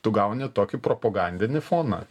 tu gauni tokį propagandinį foną